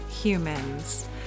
humans